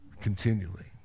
continually